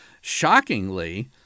Shockingly